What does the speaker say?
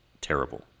terrible